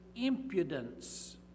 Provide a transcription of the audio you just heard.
impudence